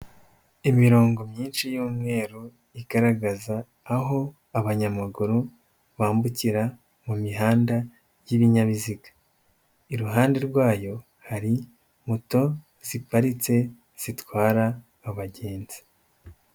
Imirongo myinshi y'umweru igaragaza aho abanyamaguru bambukira mu mihanda y'ibinyabiziga. Iruhande rwayo hari moto ziparitse, zitwara abagenzi.